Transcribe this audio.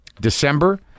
December